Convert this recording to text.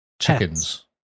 chickens